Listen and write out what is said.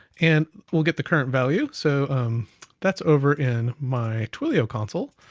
and we'll get the current value. so that's over in my twilio console.